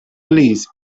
please